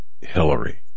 Hillary